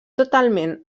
totalment